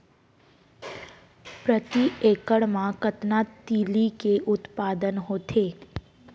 प्रति एकड़ मा कतना तिलि के उत्पादन होथे?